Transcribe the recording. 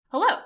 Hello